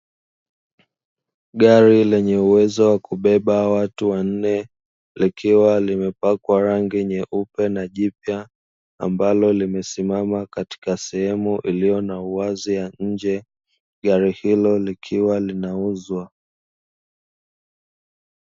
Gari lenye uwezo wa kubeba watu wanne likiwa limepakwa rangi na jipya, ambalo limesimama katika sehemu yenye uwazi ya nje gari hilo likiwa linauzwa.